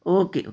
okay okay